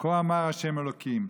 "כה אמר ה' אלוקים,